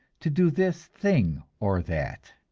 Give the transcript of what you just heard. to do this thing or that.